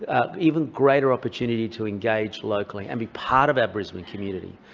um even greater opportunity to engage locally and be part of our brisbane community,